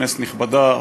כנסת נכבדה,